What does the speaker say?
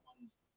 ones